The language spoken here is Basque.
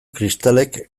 kristalek